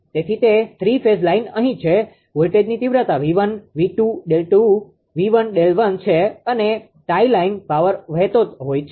તેથી તે three phase line અહી છે વોલ્ટેજની તીવ્રતા 𝑉1 𝑉2∠𝛿2 𝑉1∠𝛿1 છે અને ટાઈ લાઇન પાવર વહેતો હોય છે